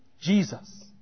Jesus